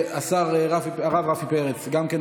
2021, לוועדת החוקה, חוק ומשפט נתקבלה.